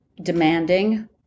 demanding